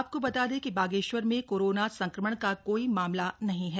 आपको बता दें कि बागेश्वर में कोरोना संक्रमण का कोई मामला नहीं है